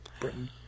Britain